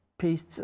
Peace